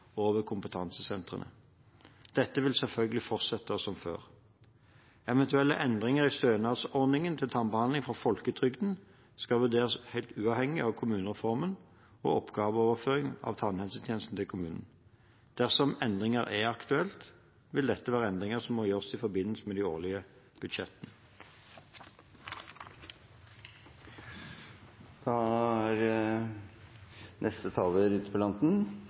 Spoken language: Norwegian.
og ved kompetansesentrene. Dette vil selvfølgelig fortsette som før. Eventuelle endringer i stønadsordningen til tannbehandling fra folketrygden skal vurderes helt uavhengig av kommunereformen og oppgaveoverføringen av tannhelsetjenesten til kommunene. Dersom endringer er aktuelt, vil dette være endringer som må gjøres i forbindelse med de årlige